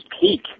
peak